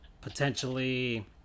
potentially